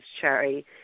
Cherry